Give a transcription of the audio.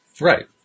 right